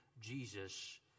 Jesus